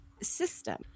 system